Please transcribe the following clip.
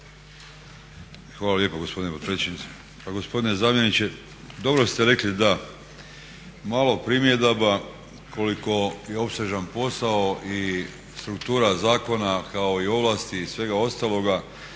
Hvala lijepa gospodine potpredsjedniče. Pa gospodine zamjeniče, dobro ste rekli da malo primjedaba koliko je opsežan posao i struktura zakona kao i ovlasti i svega ostaloga.